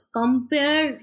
compare